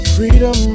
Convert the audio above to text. Freedom